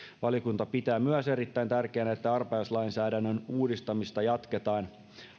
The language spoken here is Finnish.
valiokunta pitää myös erittäin tärkeänä että arpajaislainsäädännön uudistamista jatketaan